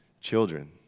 children